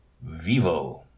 Vivo